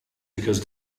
because